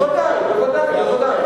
בוודאי, בוודאי.